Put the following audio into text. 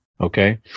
Okay